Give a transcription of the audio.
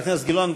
חבר הכנסת גילאון,